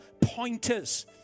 pointers